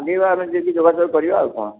ଆଣିବା ଆମେ ଯାଇକି ଯୋଗାଯୋଗ କରିବା ଆଉ କ'ଣ